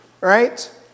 Right